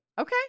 Okay